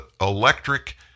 electric